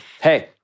Hey